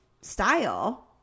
style